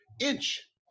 inch